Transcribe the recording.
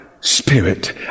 Spirit